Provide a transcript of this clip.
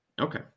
Okay